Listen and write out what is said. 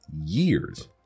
years